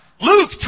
Luke